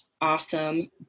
awesome